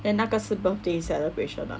then 那个是 birthday celebration ah